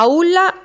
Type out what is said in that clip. Aulla